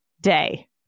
day